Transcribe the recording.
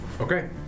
Okay